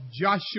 Joshua